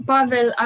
Pavel